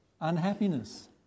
unhappiness